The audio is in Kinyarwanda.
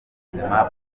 ubuzima